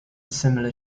similar